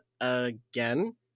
again